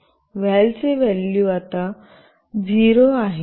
"well " चे value आता 0 आहे